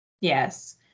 yes